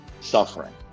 suffering